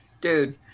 Dude